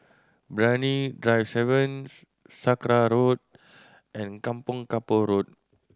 Brani Drive Seven Sakra Road and Kampong Kapor Road